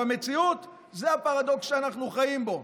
זה הפרדוקס שאנחנו חיים בו,